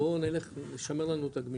בואו נלך, נשמר לנו את הגמישות,